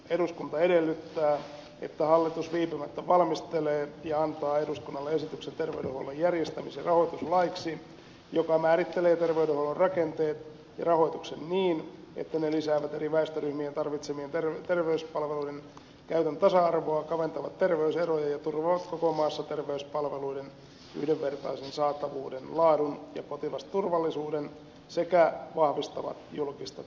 eduskunta edellyttää että hallitus viipymättä valmistelee ja antaa eduskunnalle esityksen terveydenhuollon järjestämis ja rahoituslaiksi joka määrittelee terveydenhuollon rakenteet ja rahoituksen niin että ne lisäävät eri väestöryhmien tarvitsemien terveyspalveluiden käytön tasa arvoa kaventavat terveyseroja ja turvaavat koko maassa terveyspalveluiden yhdenvertaisen saatavuuden laadun ja potilasturvallisuuden sekä vahvistavat julkista terveydenhuoltoa